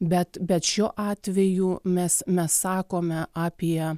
bet bet šiuo atveju mes mes sakome apie